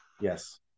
Yes